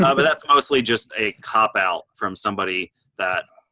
um but that's mostly just a cop out from somebody that,